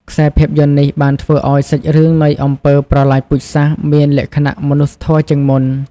ខ្សែភាពយន្តនេះបានធ្វើឲ្យសាច់រឿងនៃអំពើប្រល័យពូជសាសន៍ មានលក្ខណៈមនុស្សធម៌ជាងមុន។